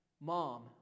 mom